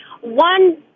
one